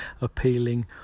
appealing